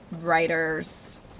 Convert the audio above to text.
writers